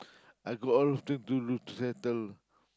I got a lot of things to look settle